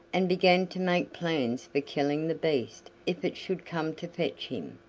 and began to make plans for killing the beast if it should come to fetch him.